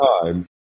time